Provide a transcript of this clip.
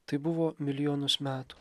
taip buvo milijonus metų